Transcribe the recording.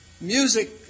music